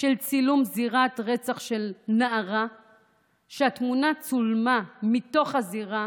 מאוד של צילום זירת רצח של נערה שבו התמונה צולמה מתוך הזירה